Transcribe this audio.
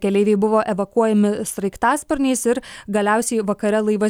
keleiviai buvo evakuojami sraigtasparniais ir galiausiai vakare laivas